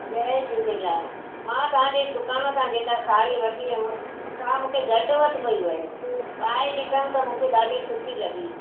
जय झूलेलाल मां तव्हांजे दुकानु सां जेका साड़ी वठी वियमि सां मूंखे घटि वधि पई वणे पाई ॾिठमि त मूंखे ॾाढी सुठी लॻी